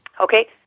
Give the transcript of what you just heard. Okay